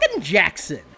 Jackson